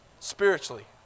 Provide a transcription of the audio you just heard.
spiritually